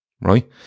right